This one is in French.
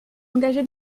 engagé